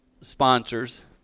sponsors